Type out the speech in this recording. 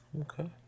Okay